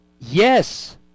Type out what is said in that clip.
Yes